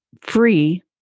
free